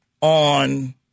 on